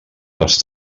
les